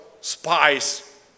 spies